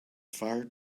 far